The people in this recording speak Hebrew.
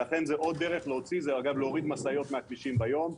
ולכן עוד דרך להוציא זה להוריד משאיות מהכבישים ביום.